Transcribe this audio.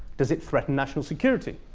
does it threaten national security?